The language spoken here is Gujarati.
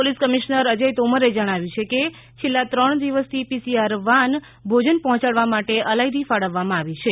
પોલીસ કમિશનર અજય તોમરે જણાવ્યું કે છેલ્લા ત્રણ દિવસથી પીસીઆર વાન ભોજન પહોંચાડવા માટે અલાયદી ફાળવવામાં આવી છે